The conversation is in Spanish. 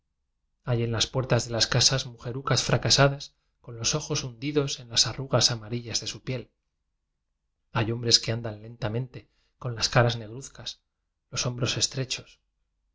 hay en las puertas de las casas mujerucas fracasadas con los ojos hundidos en las arrugas amarillas de su piel hay hombres que andan lentamen te con las caras negruzcas los hombros estrechos